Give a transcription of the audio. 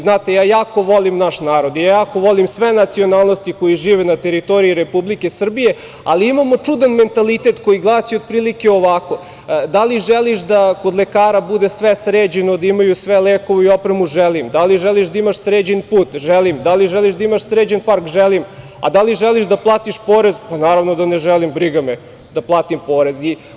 Znate, ja jako volim naš narod, jako volim sve nacionalnosti koje žive na teritoriji Republike Srbije, ali imamo čudan mentalitet koji glasi otprilike ovako – da li želiš da kod lekara bude sve sređeno, da imaju sve lekove i opremu – želim, da li želiš da imaš sređen put – želim, da li želiš da imaš sređen park – želim, a da li želiš da platiš porez – pa naravno da ne želim, briga me da platim porez.